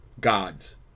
God's